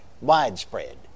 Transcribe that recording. widespread